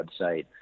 website